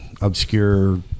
obscure